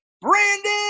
brandon